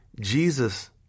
Jesus